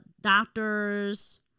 doctors